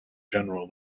general